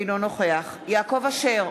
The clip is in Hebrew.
אינו נוכח יעקב אשר,